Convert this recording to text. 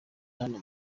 hano